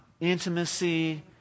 intimacy